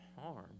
harm